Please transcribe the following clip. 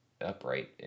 upright